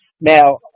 Now